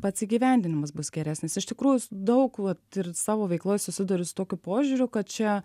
pats įgyvendinimas bus geresnis iš tikrųjų daug vat ir savo veikloj susiduriu su tokiu požiūriu kad čia